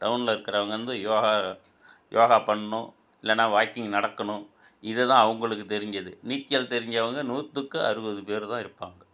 டவுனில் இருக்கறவங்க வந்து யோகா யோகா பண்ணணும் இல்லைன்னா வாக்கிங் நடக்கணும் இது தான் அவங்களுக்கு தெரிஞ்சது நீச்சல் தெரிஞ்சவங்க நூற்றுக்கு அறுபது பேர் தான் இருப்பாங்க